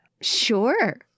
Sure